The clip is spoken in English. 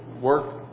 work